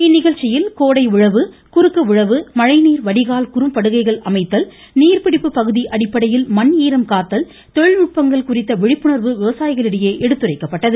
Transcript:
இந்நிகழ்ச்சியில் கோடை உழவு குறுக்கு உழவு மழைநீர் வடிகால் குறும்படுக்கைகள் அமைத்தல் நீர்பிடிப்பு பகுதி அடிப்படையில் மண் ஈரம் காத்தல் தொழில்நுட்பங்கள் குறித்த விழிப்புணர்வு விவசாயிகளிடையே எடுத்துரைக்கப்பட்டது